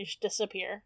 disappear